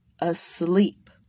asleep